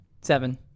seven